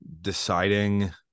deciding